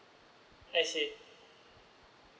I see